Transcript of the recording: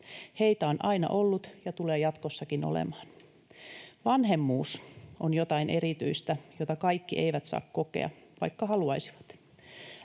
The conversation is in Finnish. Heitä on aina ollut ja tulee jatkossakin olemaan. Vanhemmuus on jotain erityistä, jota kaikki eivät saa kokea, vaikka haluaisivat.